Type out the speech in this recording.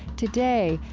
today,